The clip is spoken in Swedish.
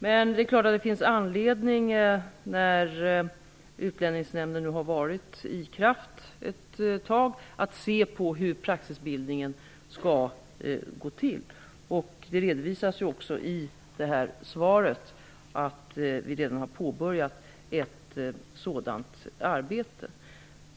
Det är självklart att det finns anledning att se efter hur praxisbildningen skall gå till, när Utlänningsnämnden nu har varit i kraft en tid. Jag redovisar också i svaret att vi redan har påbörjat ett sådant arbete.